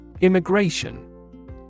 Immigration